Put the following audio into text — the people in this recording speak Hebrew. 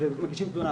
ומגישים תלונה,